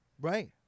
Right